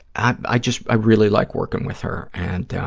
i, i just, i really like working with her. and i